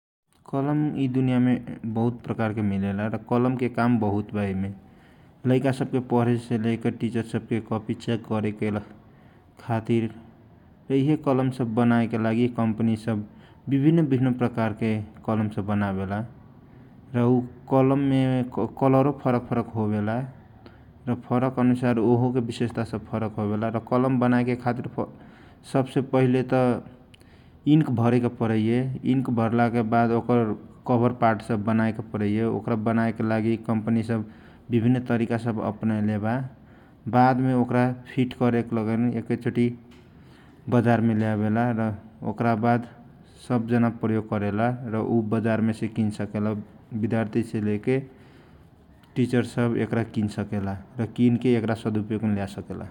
कलम यि दुनिया मे बहुत प्रकारके मिलेला आ कलम के काम बहुत बा इमे लाइका सब के परे छे लेकर टिचर सब कापी चेक करे के खातीर इ हे कलम सब बनाए के खातीर कम्पनी सब विभिन्न प्रकार के कलम सब बनावेला आ कलम मे विभिनन कलर फरक फरक होवेला फरक अनुसार उसब के विशेष तो फरक होवेला आ कलम बनाएके खातीर इनक भरे के पराइए इनक भर्ला के बाद ओकर कभर पार्ट बनाए के परइए ओकरा बनाएको खातीर कम्पनी सब विभिन्न तरिका सब अप नएलेवा बादमे एकरा फिट कर्ला के बाद एकरा बाजार में ल्याए जाला ओकरा बाद बजारमे छे किन सकेला विद्यार्थी से लेकर टीचर सब किन के प्रयोग मे लयावेला ।